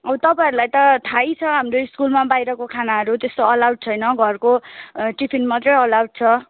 अब तपाईँहरूलाई त थाह छ हाम्रो स्कुलमा बाहिरको खाना त्यस्तो अलाउड छैन घरको टिफिन मात्रै एलाउड छ